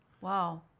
Wow